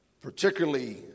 particularly